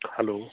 hello